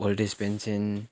old age pension